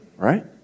Right